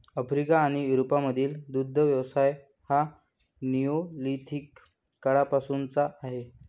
Africa आणि युरोपमधील दुग्ध व्यवसाय हा निओलिथिक काळापासूनचा आहे